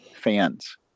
fans